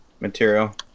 material